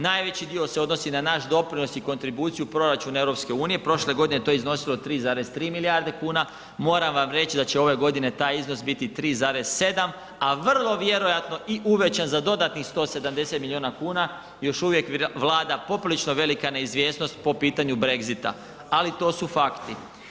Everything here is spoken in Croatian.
Najveći dio se odnosi na naš doprinos i kontribuciju proračuna EU, prošle godine je to iznosilo 3,3 milijarde kuna, moram vam reći da će ove godine taj iznos biti 3,7 a vrlo vjerojatno uvećan za dodatnih 170 milijuna kuna, još uvijek vlada poprilično velika neizvjesnost po pitanju Brexita, ali to su fakti.